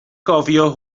gofio